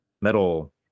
metal